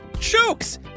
jokes